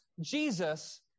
Jesus